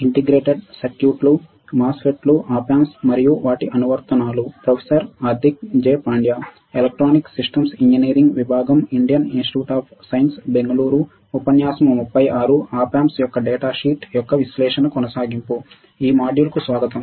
ఈ మాడ్యూల్కు స్వాగతం